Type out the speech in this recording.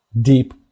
deep